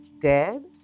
Dead